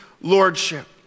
lordship